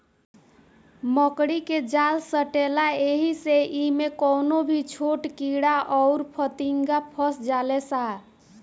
मकड़ी के जाल सटेला ऐही से इमे कवनो भी छोट कीड़ा अउर फतीनगा फस जाले सा